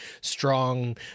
strong